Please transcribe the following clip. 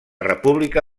república